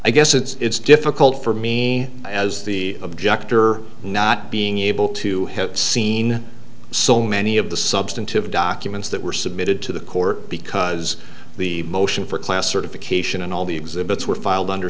guess it's difficult for me as the objector not being able to have seen so many of the substantive documents that were submitted to the court because the motion for class certification and all the exhibits were filed under